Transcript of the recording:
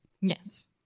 Yes